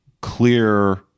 clear